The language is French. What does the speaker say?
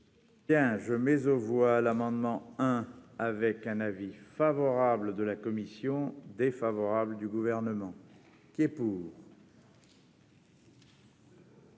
Un jeu mais aux voix l'amendement, hein, avec un avis favorable de la commission défavorable du gouvernement qui est pour.